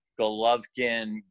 golovkin